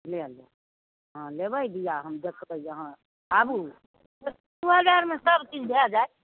लए लेब हँ लेबै बिआ हम देखबै जे हँ आबू दू हजार मे सबचीज भए जाएत